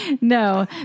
No